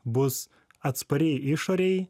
bus atspari išorei